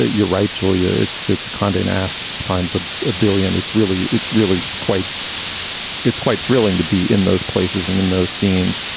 ah you're right, julia. it's it's conde nast. time's a ah billion. it's really it's really quite it's quite thrilling to be in those places and in those scenes.